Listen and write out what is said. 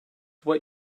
what